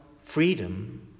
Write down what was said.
freedom